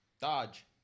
Dodge